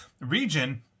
region